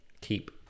keep